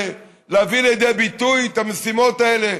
להביא לידי ביטוי את המשימות האלה?